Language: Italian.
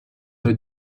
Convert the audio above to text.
tre